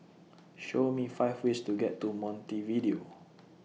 Show Me five ways to get to Montevideo